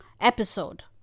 episode